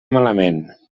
malament